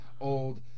old